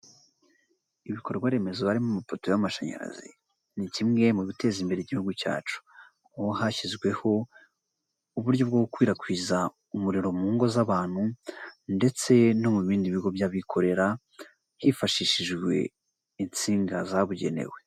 Ibikorwaremezo harimo amapoto y'amashanyarazi ni kimwe mu biteza imbere igihugu cyacu, aho hashyizweho uburyo bwo gukwirakwiza umuriro mu ngo z'abantu ndetse no mu bindi bigo by'abikorera hifashishijwe insinga zabugenewe.